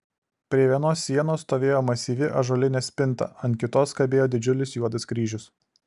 prie vienos sienos stovėjo masyvi ąžuolinė spinta ant kitos kabėjo didžiulis juodas kryžius